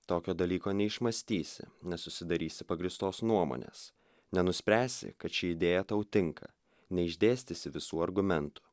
tokio dalyko neišmąstysi nesusidarysi pagrįstos nuomonės nenuspręsi kad ši idėja tau tinka neišdėstysi visų argumentų